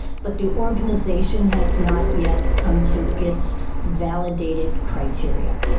but the organization has not yet come to its validated criteria.